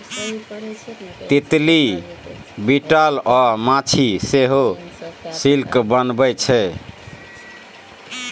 तितली, बिटल अ माछी सेहो सिल्क बनबै छै